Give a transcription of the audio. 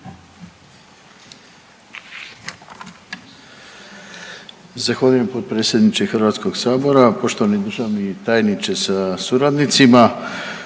Zahvaljujem potpredsjedniče Hrvatskog sabora. Poštovani državni tajniče sa suradnicima,